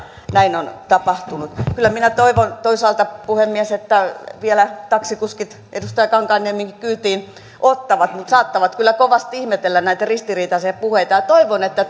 näin on tapahtunut kyllä minä toivon toisaalta puhemies että vielä taksikuskit edustaja kankaanniemenkin kyytiin ottavat mutta he saattavat kyllä kovasti ihmetellä näitä ristiriitaisia puheita toivon että